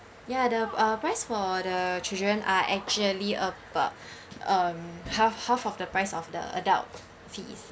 ya the uh price for the children are actually about um half half of the price of the adult fees